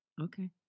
okay